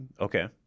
okay